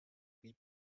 rieb